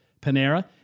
Panera